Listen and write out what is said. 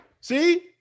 See